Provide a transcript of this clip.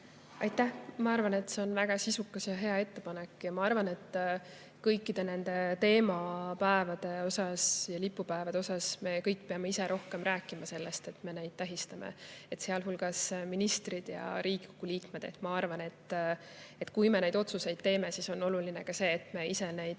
Aitäh! Ma arvan, et see on väga sisukas ja hea ettepanek. Ja ma arvan, et kõikide nende teemapäevade ja lipupäevade puhul peame me ise rohkem rääkima sellest, et me neid tähistame, meie kõik, sealhulgas ministrid ja Riigikogu liikmed. Ma arvan, et kui me neid otsuseid teeme, siis on oluline ka see, et me ise neid